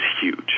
huge